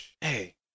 Hey